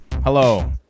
Hello